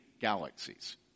galaxies